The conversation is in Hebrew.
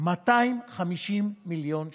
250 מיליון שקל.